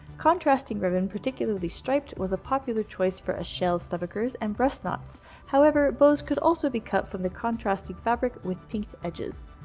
contrasting ribbon, particularly striped, was a popular choice for eschelle stomachers and breast knots however, bows could also be cut from contrasting fabric, with pinked edges.